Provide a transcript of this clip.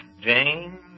Jane